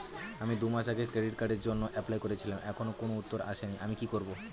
আমি দুমাস আগে ক্রেডিট কার্ডের জন্যে এপ্লাই করেছিলাম এখনো কোনো উত্তর আসেনি আমি কি করব?